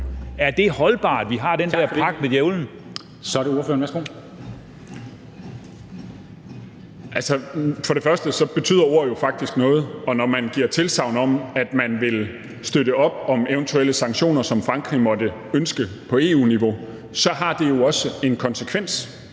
er det ordføreren, værsgo. Kl. 13:46 Jens Joel (S): Altså, for det første betyder ord jo rent faktisk noget. Når man giver tilsagn om, at man vil støtte op om eventuelle sanktioner, som Frankrig måtte ønske på EU-niveau, så har det jo også en konsekvens;